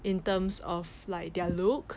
in terms of like their look